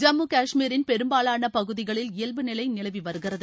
ஜம்மு காஷ்மீரின் பெரும்பாலான பகுதிகளில் இயல்பு நிலை நிலவி வருகிறது